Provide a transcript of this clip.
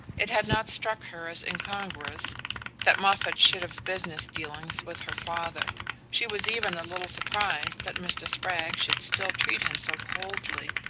it had not struck her as incongruous that moffatt should have business dealings with her father she was even a little surprised that mr. spragg should still treat him so coldly.